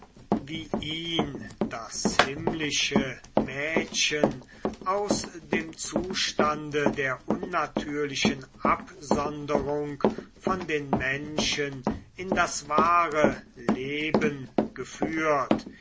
das himmlische mädchen aus dem zustande der unnatürlichen absonderung von den menschen in das wahre leben geführt